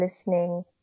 listening